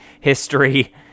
history